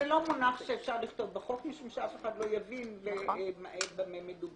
זה לא מונח שאפשר לכתוב בחוק משום שאף אחד לא יבין במה מדובר.